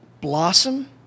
blossom